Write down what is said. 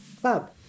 club